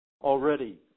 already